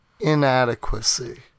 Inadequacy